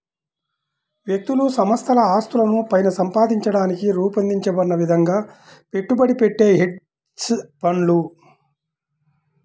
వ్యక్తులు సంస్థల ఆస్తులను పైన సంపాదించడానికి రూపొందించబడిన విధంగా పెట్టుబడి పెట్టే హెడ్జ్ ఫండ్లు